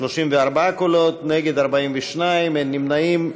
34 קולות, נגד, 42, אין נמנעים.